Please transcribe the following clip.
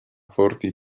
forti